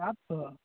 सात सए